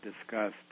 discussed